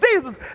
Jesus